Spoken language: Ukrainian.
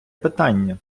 питання